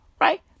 right